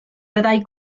byddai